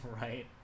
Right